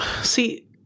see